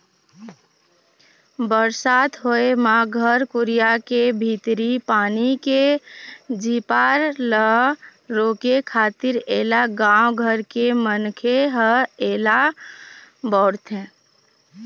बरसात होय म घर कुरिया के भीतरी पानी के झिपार ल रोके खातिर ऐला गाँव घर के मनखे ह ऐला बउरथे